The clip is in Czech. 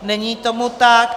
Není tomu tak.